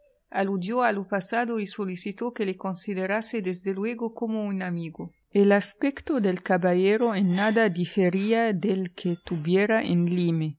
aludió a lo pasado y solicitó que le considerase desde luego como un amigo el aspecto del caballero en nada difería del que tuviera en